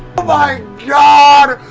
my god,